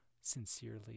sincerely